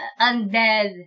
undead